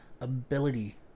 ability